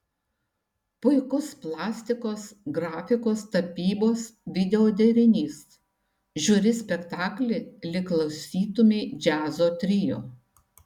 puikus plastikos grafikos tapybos video derinys žiūri spektaklį lyg klausytumei džiazo trio